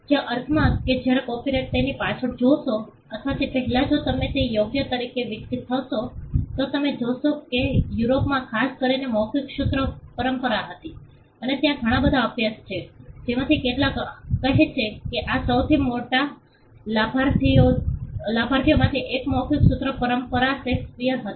તે અર્થમાં કે જ્યારે કોપિરાઇટને તેની પાછળ જોશો અથવા તે પહેલાં જો તમે તે યોગ્ય તરીકે વિકસિત થશો તો તમે જોશો કે યુરોપમાં ખાસ કરીને મૌખિક સૂત્ર પરંપરા હતી અને ત્યાં ઘણા બધા અભ્યાસ છે જેમાંથી કેટલાક કહે છે કે આના સૌથી મોટા લાભાર્થીઓ માંથી 1 મૌખિક સૂત્ર પરંપરા શેક્સપિયર હતા